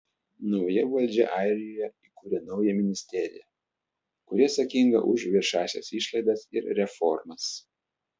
nauja valdžia airijoje įkūrė naują ministeriją kuri atsakinga už viešąsias išlaidas ir reformas